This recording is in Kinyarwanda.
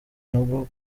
nabwo